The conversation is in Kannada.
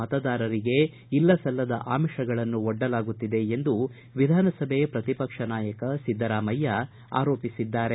ಮತದಾರರಿಗೆ ಇಲ್ಲಸಲ್ಲದ ಅಮಿಷಗಳನ್ನು ಒಡ್ಡಲಾಗುತ್ತಿದೆ ಎಂದು ವಿಧಾನಸಭೆ ಪ್ರತಿ ಪಕ್ಷ ನಾಯಕ ಸಿದ್ದರಾಮಯ್ತ ಆರೋಪಿಸಿದ್ದಾರೆ